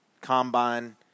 combine